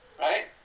right